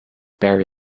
bury